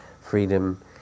freedom